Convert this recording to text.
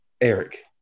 Eric